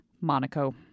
Monaco